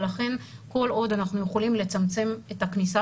לכן כל עוד אנחנו יכולים לצמצם את הכניסה